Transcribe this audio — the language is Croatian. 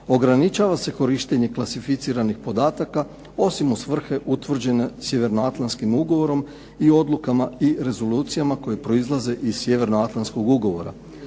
Ograničava se korištenje klasificiranih podataka osim u svrhe utvrđene sjevernoatlantskim ugovorom i odlukama i rezolucijama koje proizlaze iz sjevernoatlantskog ugovora.